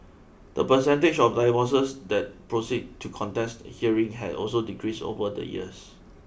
the percentage of divorces that proceed to contested hearing has also decreased over the years